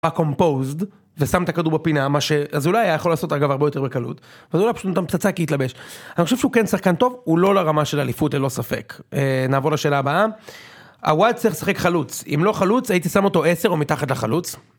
קומפוזד ושם את הכדור בפינה מה שאזולאי היה יכול לעשות אגב הרבה יותר בקלות. אזולאי פשוט נתן פצצה כי התלבש. אני חושב שהוא כן שחקן טוב הוא לא לרמה של אליפות ללא ספק. נעבור לשאלה הבאה. הוואט צריך לשחק חלוץ, אם לא חלוץ הייתי שם אותו 10 או מתחת לחלוץ.